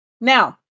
Now